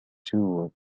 tour